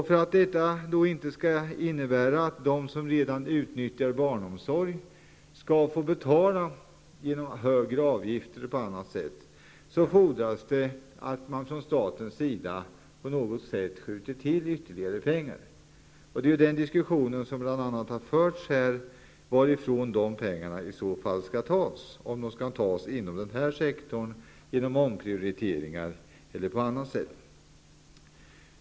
För att detta inte skall innebära att de som redan utnyttjar barnomsorg skall få betala genom högre avgifter eller på annat sätt, fordras att man från statens sida på något sätt skjuter till ytterligare pengar. Det är den diskussionen som bl.a. har förts här, om varifrån de pengarna i så fall skall tas. Det har gällt om de skall tas inom denna sektor, genom omprioriteringar eller på annat sätt.